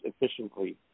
efficiently